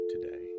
today